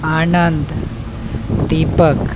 Anand Deepak